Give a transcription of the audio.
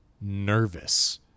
nervous